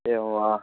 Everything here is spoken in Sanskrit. एवं वा